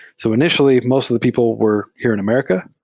so initially, most of the people were here in america.